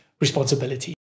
responsibility